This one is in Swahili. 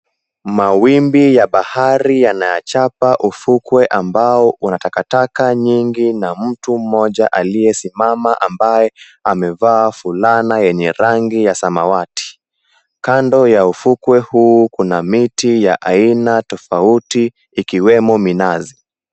Mawimbi ya bahari yanayachapa ufukwe ambao una takataka nyingi na mtu mmoja aliyesimama ambaye amevaa fulana yenye rangi ya samawati. Kando ya ufukwe hu kuna miti ya aina tofauti ikiwemo minazi.